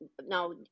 now